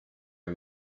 are